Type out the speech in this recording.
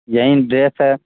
यही ड्रेस है